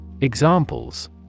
Examples